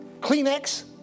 Kleenex